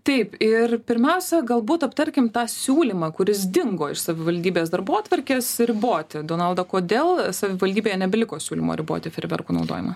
taip ir pirmiausia galbūt aptarkim tą siūlymą kuris dingo iš savivaldybės darbotvarkės riboti donalda kodėl savivaldybėje nebeliko siūlymo riboti fejerverkų naudojimą